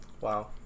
Wow